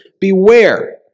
Beware